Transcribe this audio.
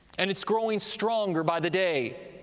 and it's growing stronger by the day.